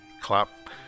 clap